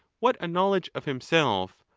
what a knowledge of himself,